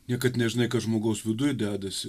niekad nežinai kas žmogaus viduj dedasi